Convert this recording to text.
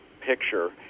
picture